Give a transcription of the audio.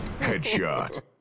Headshot